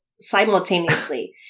simultaneously